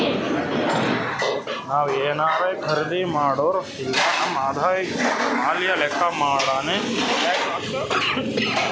ನಾವ್ ಏನಾರೇ ಖರ್ದಿ ಮಾಡುರ್ ಇಲ್ಲ ನಮ್ ಆದಾಯ ಮ್ಯಾಲ ಲೆಕ್ಕಾ ಮಾಡಿನೆ ಟ್ಯಾಕ್ಸ್ ಹಾಕ್ತಾರ್